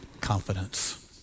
confidence